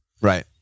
Right